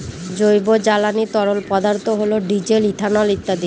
জৈব জ্বালানি তরল পদার্থ হল ডিজেল, ইথানল ইত্যাদি